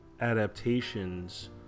adaptations